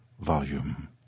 Volume